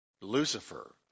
Lucifer